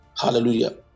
hallelujah